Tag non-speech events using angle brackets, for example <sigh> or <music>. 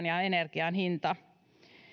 <unintelligible> ja energian hinta